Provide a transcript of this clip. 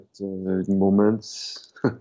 moments